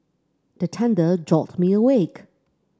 the thunder jolt me awake